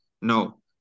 No